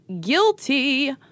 guilty